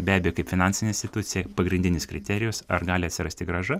be abejo kaip finansinė institucija pagrindinis kriterijus ar gali atsirasti grąža